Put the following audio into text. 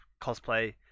cosplay